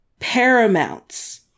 paramounts